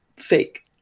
fake